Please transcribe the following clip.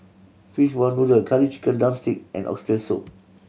fishball noodle Curry Chicken drumstick and Oxtail Soup